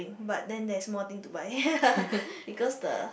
but then there's more thing to buy because the